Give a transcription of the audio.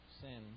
sin